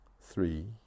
three